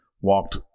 walked